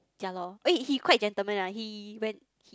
ya lor eh he quite gentleman ah he when he